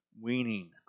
weaning